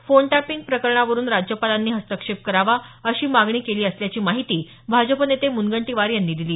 phone tapping प्रकरणावरुन राज्यपालांनी हस्तक्षेप करावा अशी मागणी केली असल्याची माहिती भाजपा नेते म्नगंटीवार यांनी दिली